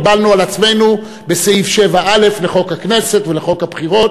קיבלנו על עצמנו בסעיף 7א לחוק-יסוד: הכנסת ובחוק הבחירות